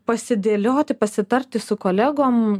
pasidėlioti pasitarti su kolegom